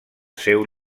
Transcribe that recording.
seu